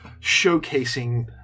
showcasing